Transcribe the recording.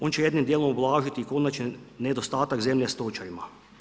On će jednim dijelom ublažiti konačni nedostatak zemlje stočarima.